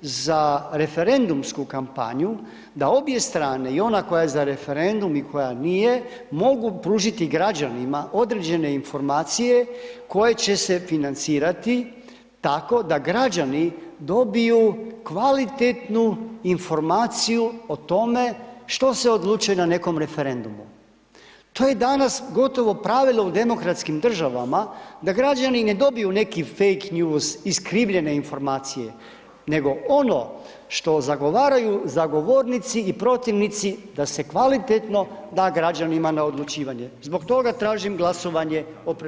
za referendumsku kampanju, da obje strane i ona koja je za referendum i koja nije mogu pružiti građanima određene informacije koje će se financirati tako da građani dobiju kvalitetnu informaciju o tome što se odlučuje na nekom referendumu, to je danas gotovo pravilo u demokratskim državama da građani ne dobiju neki fake news, iskrivljene informacije, nego ono što zagovaraju zagovornici i protivnici da se kvalitetno da građanima na odlučivanje, zbog toga tražim glasovanje o predloženim amandmanima.